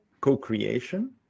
co-creation